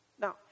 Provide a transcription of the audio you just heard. Now